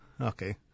Okay